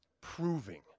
proving